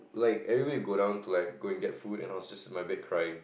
like everybody would go down to like go and get food and I was just in my bed crying